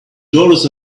dollars